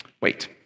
Wait